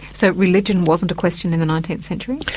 so religion wasn't a question in the nineteenth century?